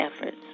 efforts